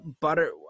butter